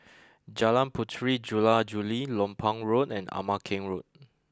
Jalan Puteri Jula Juli Lompang Road and Ama Keng Road